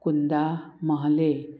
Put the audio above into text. कुंदा म्हाले